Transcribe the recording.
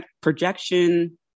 projection